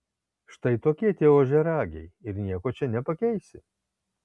štai tokie tie ožiaragiai ir nieko čia nepakeisi